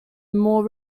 more